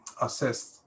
assessed